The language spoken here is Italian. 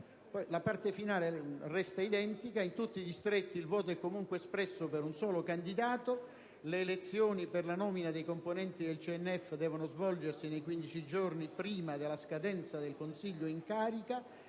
comma risulta così formulata: «In tutti i distretti il voto è comunque espresso per un solo candidato. Le elezioni per la nomina dei componenti del CNF devono svolgersi nei quindici giorni prima della scadenza del Consiglio in carica.